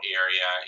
area